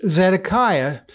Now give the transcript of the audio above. Zedekiah